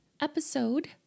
episode